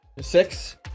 Six